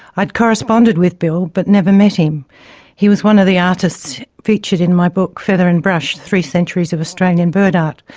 i'd corresponded with bill, but never met him he was one of the artists featured in my book feather and brush three centuries of australian bird art,